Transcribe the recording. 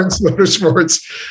Motorsports